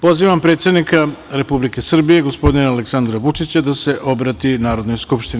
Pozivam predsednika Republike Srbije, gospodina Aleksandra Vučića da se obrati Narodnoj skupštini.